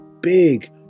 big